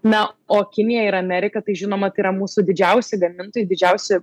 na o kinija ir amerika tai žinoma tai yra mūsų didžiausi gamintojai didžiausi